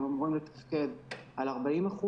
הם אמורים לתפקד על 40%,